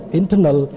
internal